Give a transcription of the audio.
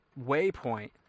waypoint